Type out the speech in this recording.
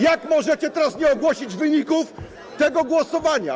Jak możecie teraz nie ogłosić wyników tego głosowania?